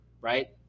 right